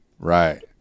Right